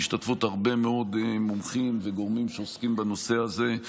בהשתתפות הרבה מאוד מומחים וגורמים שעוסקים בנושא הזה.